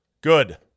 Good